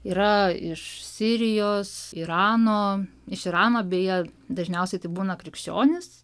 yra iš sirijos irano iš irano beje dažniausiai tai būna krikščionys